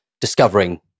discovering